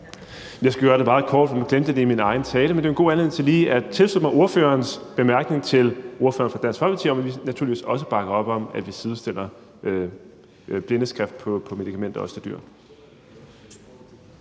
Jeg skal gøre det meget kort. Nu glemte jeg det i min egen tale, men det er jo en god anledning til lige at tilslutte mig ordførerens bemærkning til ordføreren for Dansk Folkeparti om, at vi naturligvis også bakker op om, at vi også sidestiller det i forhold til blindskrift på medikamenter til dyr.